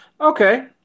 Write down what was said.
Okay